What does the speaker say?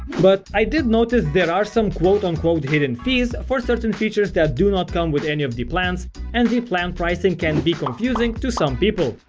but i did notice there are some um hidden fees for certain features that do not come with any of the plans and the plan pricing can be confusing to some people.